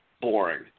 boring